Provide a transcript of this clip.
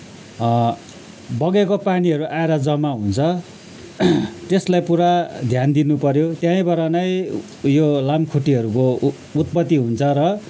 बगेको पानीहरू आएर जम्मा हुन्छ त्यसलाई पुरा ध्यान दिनु पर्यो त्यहीँबाट नै उयो लामखुट्टेहरू को उत्पत्ति हुन्छ र